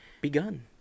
begun